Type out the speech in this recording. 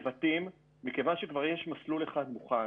ובנבטים, מכיוון שכבר יש מסלול אחד מוכן